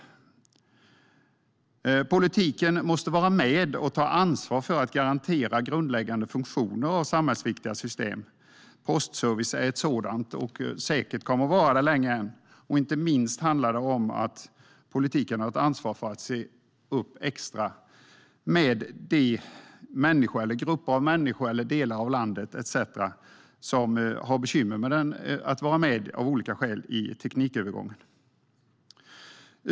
Politiken måste vara med och ta ansvar för att garantera grundläggande funktioner av samhällsviktiga system. Postservice är ett sådant system och kommer säkert att finnas länge än. Inte minst har politiken ansvar för att se extra till de grupper av människor eller delar av landet som av olika skäl har bekymmer att delta i teknikövergången.